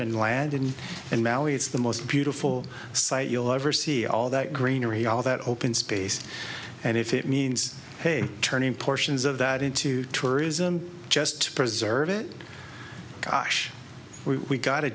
and land in and now it's the most beautiful site you'll ever see all that greenery all that open space and if it means turning portions of that into tourism just to preserve it gosh we've got